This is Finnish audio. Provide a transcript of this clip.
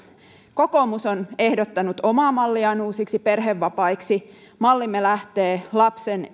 kokoomus on ehdottanut omaa malliaan uusiksi perhevapaiksi mallimme lähtee lapsen